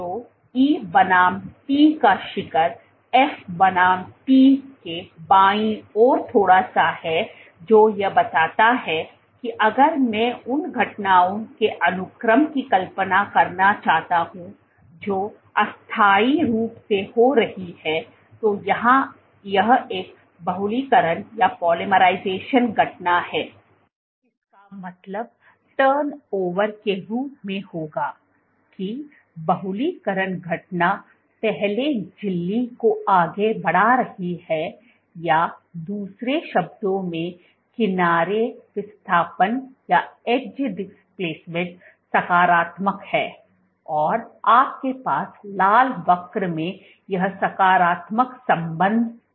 तो E बनाम T का शिखर F बनाम T के बाईं ओर थोड़ा सा है जो यह बताता है कि अगर मैं उन घटनाओं के अनुक्रम की कल्पना करना चाहता हूं जो अस्थायी रूप से हो रही हैं तो यहां यह एक बहुलककरण घटना है जिसका मतलब टर्न ओवर के रूप में होगा कि बहुलीकरण घटना पहले झिल्ली को आगे बढ़ा रही है या दूसरे शब्दों में किनारे विस्थापन सकारात्मक है और आपके पास लाल वक्र में यह सकारात्मक संबंध है